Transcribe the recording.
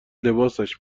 لباسش